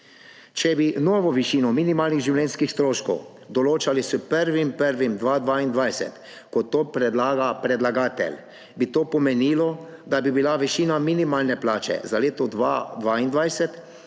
Če bi novo višino minimalnih življenjskih stroškov določali s 1. 1. 2022, kot to predlaga predlagatelj, bi to pomenilo, da bi bila višina minimalne plače za leto 2022